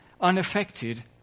unaffected